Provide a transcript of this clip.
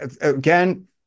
again